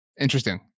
Interesting